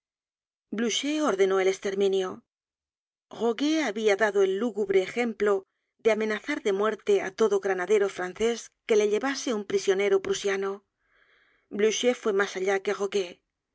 blucher ordenó el esterminio roguet habia dado el lúgubre ejemplo de amenazar de muerte á todo granadero francés que le llevase un prisionero prusiano blucher fue mas allá que